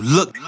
Look